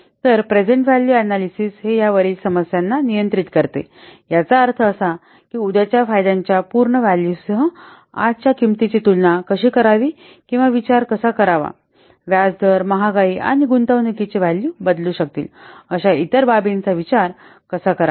तर सध्याचे value analysis हे या वरील समस्यांना नियंत्रित करते याचा अर्थ असा की उद्याच्या फायद्यांच्या पूर्ण व्हॅल्यूसह आजच्या किंमतीची तुलना कशी करावी किंवा विचार कसा करावा व्याज दर महागाई आणि गुंतवणूकीचे व्हॅल्यू बदलू शकतील अशा इतर बाबींचा विचार कसा करावा